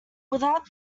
without